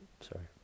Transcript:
Sorry